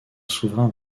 souverain